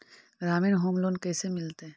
ग्रामीण home loan कैसे मिलतै?